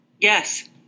Yes